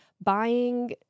buying